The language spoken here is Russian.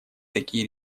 такие